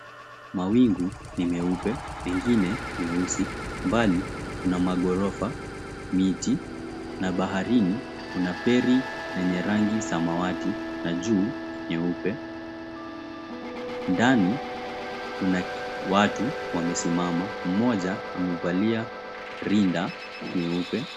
Mawingu ni meupe, mengine meusi. Mbali kuna magorofa, miti, na baharini kuna feri lenye rangi samawati na juu nyeupe. Ndani kuna watu wamesimama, mmoja amevalia rinda nyeupe.